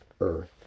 earth